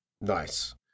Nice